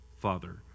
Father